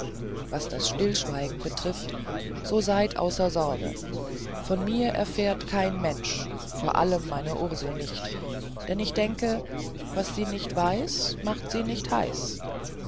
was das stillschweigen betrifft so seid außer sorgen von mir erfährt es kein mensch vor allem meine ursel nicht denn ich denke was sie nicht weiß macht sie nicht heiß